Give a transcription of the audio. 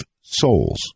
souls